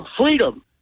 freedom